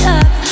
up